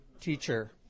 teacher